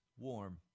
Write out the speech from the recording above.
warm